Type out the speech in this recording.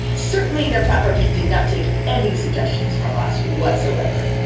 certainly, their platform did not take any suggestions from us whatsoever.